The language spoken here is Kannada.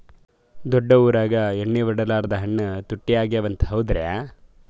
ದೊಡ್ಡ ಊರಾಗ ಎಣ್ಣಿ ಹೊಡಿಲಾರ್ದ ಹಣ್ಣು ತುಟ್ಟಿ ಅಗವ ಅಂತ, ಹೌದ್ರ್ಯಾ?